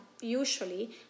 usually